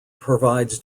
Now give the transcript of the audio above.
provides